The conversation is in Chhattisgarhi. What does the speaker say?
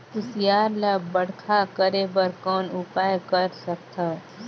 कुसियार ल बड़खा करे बर कौन उपाय कर सकथव?